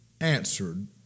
answered